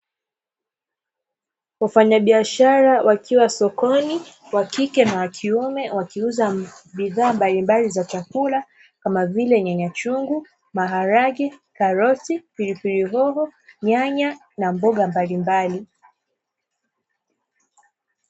Wafanyabiashara wakiwa sokoni wakike na wakiume wakiuza bidhaa mbalimbali za chakula kama vile nyanya chungu, maharage, karoti, pilipili hoho, nyanya na mboga mbalimbali.